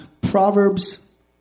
Proverbs